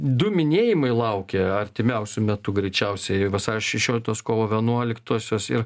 du minėjimai laukia artimiausiu metu greičiausiai vasario šešioliktos kovo vienuoliktosios ir